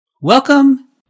Welcome